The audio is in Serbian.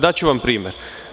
Daću vam primer.